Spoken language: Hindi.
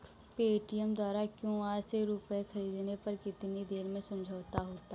पेटीएम द्वारा क्यू.आर से रूपए ख़रीदने पर कितनी देर में समझौता होता है?